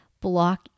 block